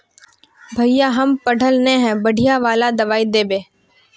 भैया हम पढ़ल न है बढ़िया वाला दबाइ देबे?